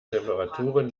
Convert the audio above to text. temperaturen